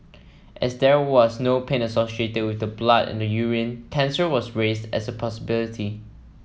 as there was no pain associated with the blood in the urine cancer was raised as a possibility